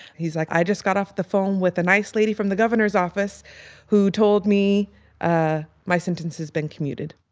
he's like i just got off the phone with a nice lady from the governor's office who told me ah my sentence has been commuted.